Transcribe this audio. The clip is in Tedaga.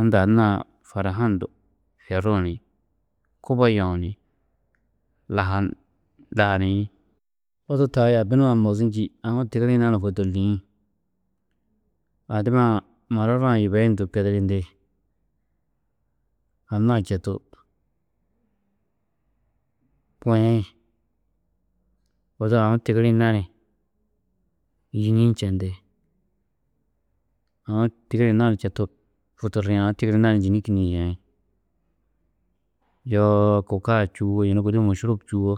Unda anna-ã farhan du yerruũ ni kubo yeu ni laha lahaniĩ, odu taa yaabi nua mozu njî aũ tigirĩ nani fôdolliĩ. Adiba-ã marara-ã yibeyundu kedigindi, anna-ã četu buĩ, odu aũ tigirĩ nani yîni ni čendi, aũ tigirĩ nani četu futuriĩ, aũ tigirĩ nani yîni kînniĩ yeĩ. Yoo kôkaa čûwo, yunu gudi mošurub čûwo,